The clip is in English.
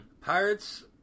Pirates